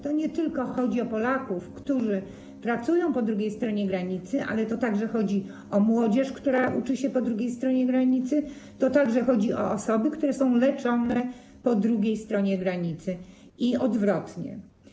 Nie chodzi tylko o Polaków, którzy pracują po drugiej stronie granicy, ale także chodzi o młodzież, która uczy się po drugiej stronie granicy, chodzi też o osoby, które są leczone po drugiej stronie granicy, i odwrotnie.